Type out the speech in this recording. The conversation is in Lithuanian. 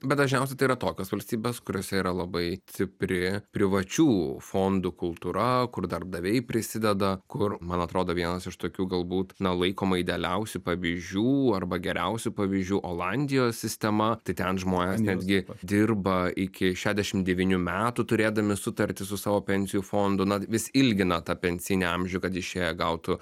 bet dažniausiai tai yra tokios valstybės kuriose yra labai stipri privačių fondų kultūra kur darbdaviai prisideda kur man atrodo vienas iš tokių galbūt na laikoma idealiausių pavyzdžių arba geriausių pavyzdžių olandijos sistema tai ten žmonės netgi dirba iki šešiasdešim devynių metų turėdami sutartį su savo pensijų fondu na vis ilgina tą pensinį amžių kad išėję gautų